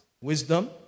wisdom